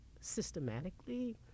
systematically